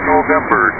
November